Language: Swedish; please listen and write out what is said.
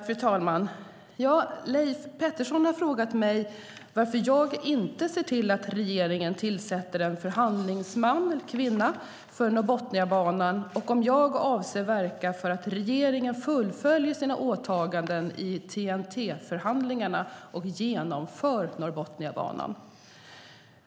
Fru talman! Leif Pettersson har frågat mig varför jag inte ser till att regeringen tillsätter en förhandlingsman eller förhandlingskvinna för Norrbotniabanan och om jag avser att verka för att regeringen fullföljer sina åtaganden i TEN-T-förhandlingarna och genomför Norrbotniabanan.